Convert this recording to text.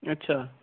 अच्छा